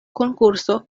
konkurso